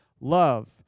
love